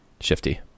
shifty